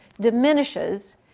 diminishes